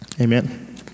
amen